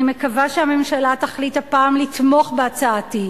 אני מקווה שהממשלה תחליט הפעם לתמוך בהצעתי.